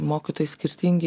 mokytojai skirtingi